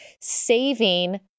saving